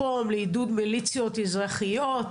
יו"ר ועדת ביטחון פנים: והכנסת לא תהיה מקום לעידוד מיליציות אזרחיות.